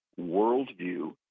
worldview